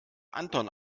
anton